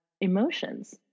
emotions